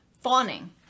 fawning